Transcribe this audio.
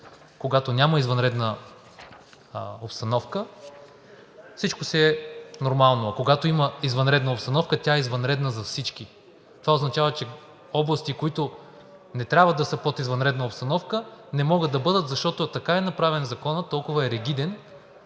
Когато няма извънредна обстановка, всичко си е нормално, когато има извънредна обстановка, тя е извънредна за всички. Това означава, че области, които не трябва да са под извънредна обстановка, не могат да бъдат, защото така е направен Законът и толкова е ригиден,